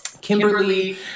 Kimberly